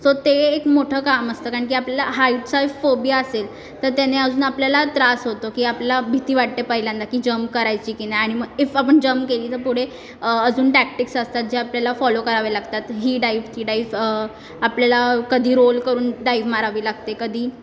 so ते एक मोठं काम असतं कारण आपल्याला हाईटचाही फोबिया असेल तर त्याने अजून आपल्याला त्रास होतो की आपला भीती वाटते पहिल्यांदा की जंप करायची की नाही आणि मग इफ आपण जंप केली तर पुढे अजून टॅक्टीक्स असतात जे आपल्याला फॉलो करावे लागतात ही डाइव ती डाइव आपल्याला कधी रोल करून डाइव मारावी लागते कधी